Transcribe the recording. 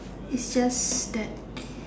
it's just that